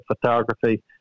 photography